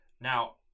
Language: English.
Now